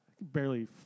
Barely